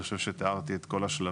אני חושב שתיארתי את כל השלבים.